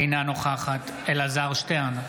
אינה נוכחת אלעזר שטרן,